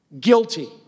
Guilty